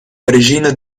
parigino